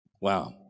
Wow